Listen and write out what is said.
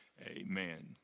Amen